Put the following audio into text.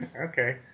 Okay